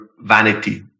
vanity